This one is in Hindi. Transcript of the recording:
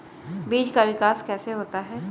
बीज का विकास कैसे होता है?